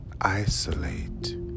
Isolate